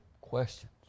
questions